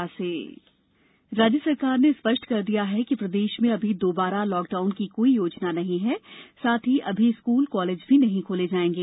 corona समीक्षा CM राज्य सरकार ने स्पष्ट कर दिया है कि प्रदेश में अभी दोबारा लॉकडाउन की कोई योजना नहीं है साथ ही अमी स्कूल कॉलेज भी नहीं खोले जाएगे